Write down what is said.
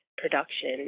production